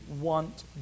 want